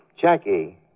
Jackie